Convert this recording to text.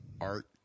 art